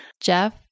Jeff